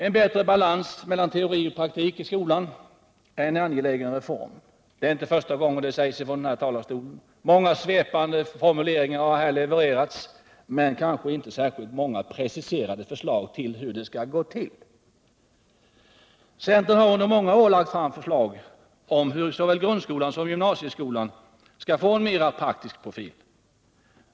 En bättre balans mellan teori och praktik i skolan är en angelägen reform. Det är inte första gången det sägs från denna talarstol. Många svepande formuleringar har här levererats men kanske inte särskilt många preciserade förslag till hur det skall gå till. Centern har under många år lagt fram sådana förslag om hur såväl grundskolan som gymnasieskolan skulle få en mer praktisk profil.